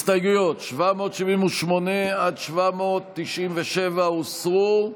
הסתייגויות 778 797 הוסרו.